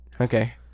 Okay